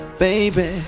baby